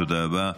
תודה רבה.